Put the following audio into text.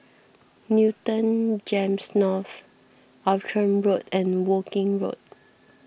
Newton Gems North Outram Road and Woking Road